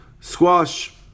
squash